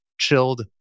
chilled